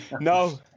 No